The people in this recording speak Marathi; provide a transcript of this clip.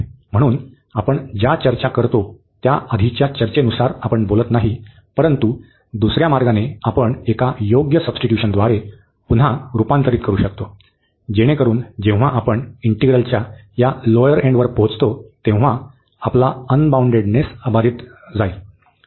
म्हणून आपण ज्या चर्चा करतो त्या आधीच्या चर्चेनुसार आपण बोलत नाही परंतु दुसर्या मार्गाने आपण एका योग्य सब्स्टिट्युशनद्वारे पुन्हा रूपांतरित करू शकतो जेणेकरून जेव्हा आपण इंटिग्रलच्या या लोअर एंडवर पोहोचतो तेव्हा आपला अनबाउंडेडनेस अबाधित जाईल